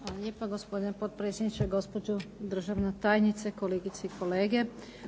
Hvala lijepa gospodine potpredsjedniče, gospođo državna tajnice, kolegice i kolege.